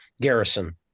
Garrison